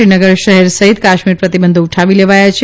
શ્રી નગર શહેર સહિત કાશ્મીર પ્રતિબંધો ઉઠાવી લેવાયા છે